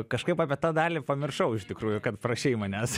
kažkaip apie tą dalį pamiršau iš tikrųjų kad prašei manęs